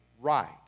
right